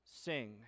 sing